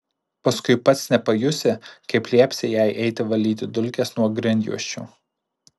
paskui pats nepajusi kaip liepsi jai eiti valyti dulkes nuo grindjuosčių